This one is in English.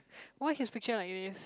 why his picture like this